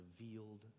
revealed